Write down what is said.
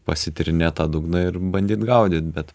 pasitrynėt tą dugną ir bandyt gaudyt bet